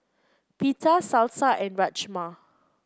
Pita Salsa and Rajma